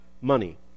money